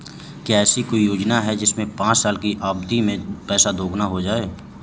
क्या ऐसी कोई योजना है जिसमें पाँच साल की अवधि में पैसा दोगुना हो जाता है?